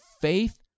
faith